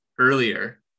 earlier